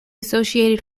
associated